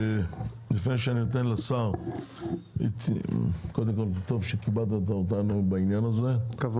שר התקשורת מכבד אותנו בנוכחותו בדיון הזה וטוב שכך.